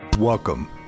Welcome